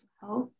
health